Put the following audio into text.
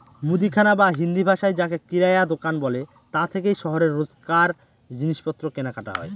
মুদিখানা বা হিন্দিভাষায় যাকে কিরায়া দুকান বলে তা থেকেই শহরে রোজকার জিনিসপত্র কেনাকাটা হয়